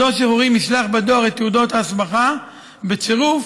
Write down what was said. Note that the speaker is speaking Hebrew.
מדור שחרורים ישלח בדואר את תעודות ההסמכה, בצירוף